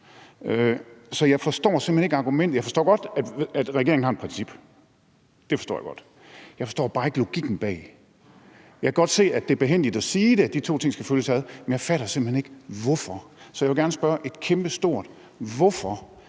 Jeg forstår godt, at regeringen har et princip. Det forstår jeg godt. Jeg forstår bare ikke logikken bag. Jeg kan godt se, at det er behændigt at sige, at de to ting skal følges ad, men jeg fatter simpelt hen ikke hvorfor. Så jeg vil godt sætte et kæmpestort